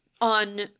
on